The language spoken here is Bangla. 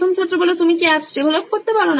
প্রথম ছাত্র তুমি কি অ্যাপস ডেভেলপ করতে পারো